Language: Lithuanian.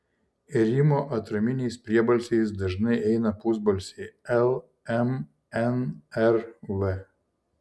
rimo atraminiais priebalsiais dažnai eina pusbalsiai l m n r v